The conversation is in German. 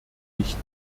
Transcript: nicht